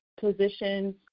positions